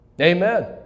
Amen